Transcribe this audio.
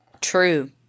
True